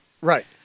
Right